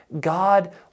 God